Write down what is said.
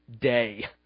day